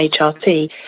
HRT